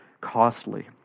costly